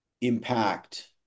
impact